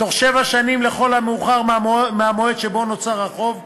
בתוך שבע שנים, לכל המאוחר, מהמועד שבו נוצר החוב.